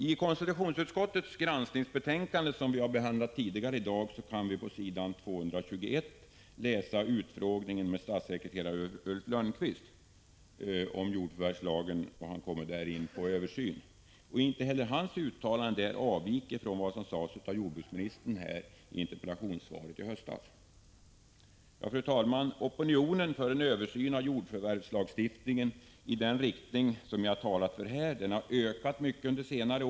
I KU:s granskningsbetänkande, som vi behandlat tidigare här i dag, kan vi på s. 221 läsa utfrågningen av statssekreterare Ulf Lönnqvist beträffande jordförvärvslagen. Han berör där frågan om översyn. Inte heller hans uttalande avviker från vad jordbruksministern sade i interpellationssvaret från i höstas. Fru talman! Opinionen för en översyn av jordförvärvslagstiftningen i den riktning som jag här har talat för har under senare år blivit mycket starkare.